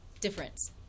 difference